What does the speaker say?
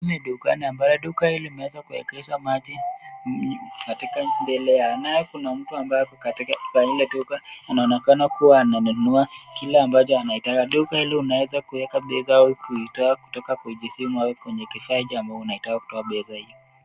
Ni dukani ambalo duka hili limeweza kuegeza maji katika mbele yake. Naye kuna mtu ambaye ako katika ile duka anaonekana kuwa ananunua kile ambacho anaitaka. Duka hili unaweza kuweka pesa au kuitoa kutoka kwenye simu au kifaa ambacho unataka kutoa pesa hiyo.